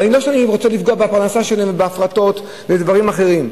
ולא שאני רוצה לפגוע בפרנסה שלהם בהפרטות ובדברים אחרים,